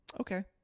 Okay